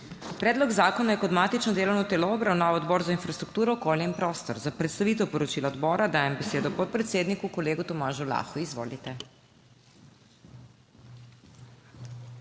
Predlog zakona je kot matično delovno telo obravnaval Odbor za infrastrukturo, okolje in prostor. Za predstavitev poročila odbora dajem besedo članu, kolegu Teodorju Uraniču. Izvolite.